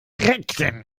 reckten